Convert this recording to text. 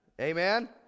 Amen